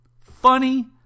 funny